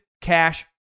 cash